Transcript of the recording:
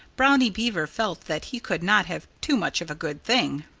brownie beaver felt that he could not have too much of a good thing.